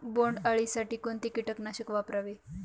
बोंडअळी साठी कोणते किटकनाशक वापरावे?